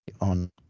on